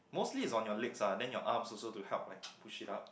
mostly is on your legs ah then your arms also to help by push it up